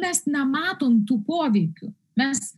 mes nematom tų poveikių mes